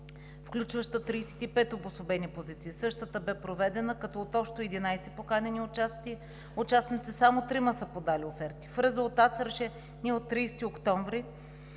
включваща 35 обособени позиции. Същата бе проведена, като от общо 11 поканени участници само трима са подали оферти. В резултат с Решение от 30 октомври